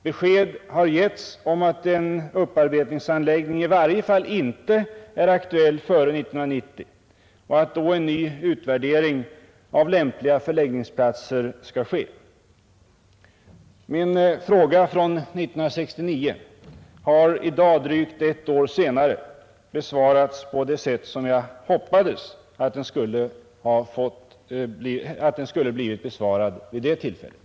Besked har givits om att en upparbetningsanläggning i varje fall inte är aktuell före 1990 och att då en ny utvärdering av lämpliga förläggningsplatser skall göras. Min fråga från 1969 har i dag, drygt ett år senare, besvarats på det sätt som jag hoppades att den skulle ha blivit besvarad vid det tillfället.